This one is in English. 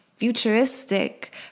futuristic